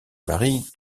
marie